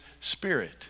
spirit